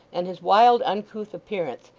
and his wild, uncouth appearance,